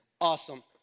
Awesome